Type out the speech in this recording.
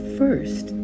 first